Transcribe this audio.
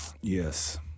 Yes